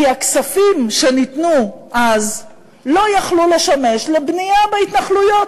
כי הכספים שניתנו אז לא יכלו לשמש לבנייה בהתנחלויות,